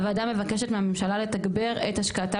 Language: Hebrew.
הוועדה מבקשת לתגבר מהממשלה את השקעתה